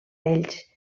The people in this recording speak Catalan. ells